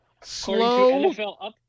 Slow